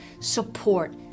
support